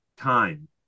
time